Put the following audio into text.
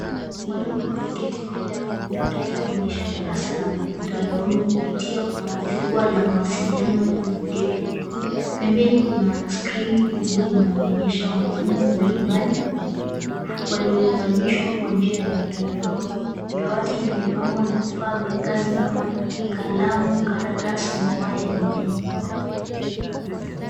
Mwalimu ameketi mbele ya komputa akifundisha darasa la mtandaoni kupitia jukua la mawasiliano ya video ya video. Pembeni Kuna skrini kubwa inayooonyesha wanafunzi mbalimbali walounganishwa pamoja kwa njia ya mtandao. Dawati limepambwa na vifaa vya kazi kama kalamu, karatasi na waya ya umeme .